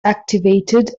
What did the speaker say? activated